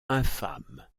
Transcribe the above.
infâme